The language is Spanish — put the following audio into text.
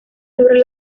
sobre